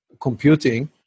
computing